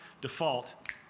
default